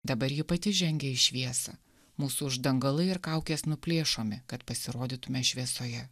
dabar ji pati žengia į šviesą mūsų uždangalai ir kaukės nuplėšomi kad pasirodytume šviesoje